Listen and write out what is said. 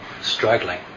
struggling